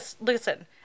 Listen